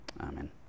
Amen